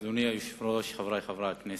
אדוני היושב-ראש, חברי חברי הכנסת,